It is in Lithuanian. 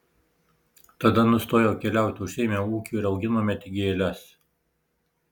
tada nustojau keliauti užsiėmiau ūkiu ir auginome tik gėles